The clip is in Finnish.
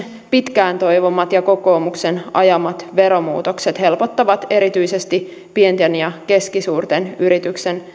pitkään toivomat ja kokoomuksen ajamat veromuutokset helpottavat erityisesti pienten ja keskisuurten